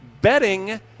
betting